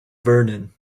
vernon